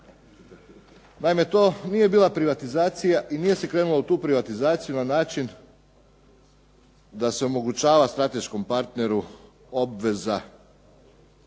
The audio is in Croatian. Naime, to nije bila privatizacija i nije se krenulo u tu privatizaciju na način da se omogućava strateškom partneru obveza